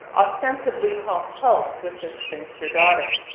ostensibly halts halts with this spinster daughter.